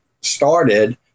started